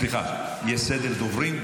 סליחה, יש סדר דוברים.